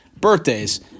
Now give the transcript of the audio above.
birthdays